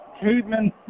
Caveman